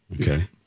Okay